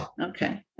okay